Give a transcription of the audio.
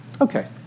Okay